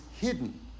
hidden